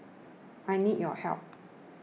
I need your help